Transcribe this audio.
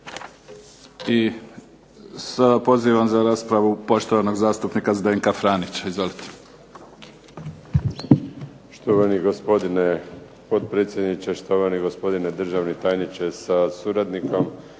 I sada pozivam za raspravu poštovanog zastupnika Zdenka Franića. Izvolite.